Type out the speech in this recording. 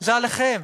היא עליכם,